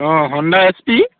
অঁ Honda S P